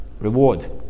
reward